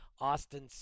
Austin